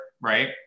right